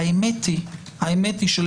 והאמת היא שלצערנו,